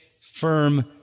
firm